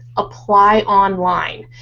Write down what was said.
apply online.